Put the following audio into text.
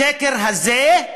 השקר הזה,